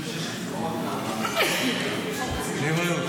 לקריאה השנייה ולקריאה